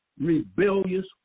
rebellious